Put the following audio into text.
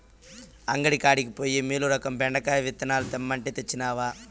అంగడి కాడికి పోయి మీలురకం బెండ విత్తనాలు తెమ్మంటే, తెచ్చినవా